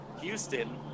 Houston